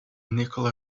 nikola